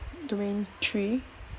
domain three